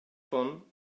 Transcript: von